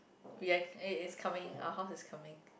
we actually eh it's coming our house is coming